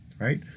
right